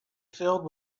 filled